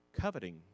coveting